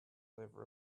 over